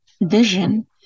vision